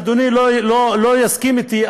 אדוני לא יסכים אתי,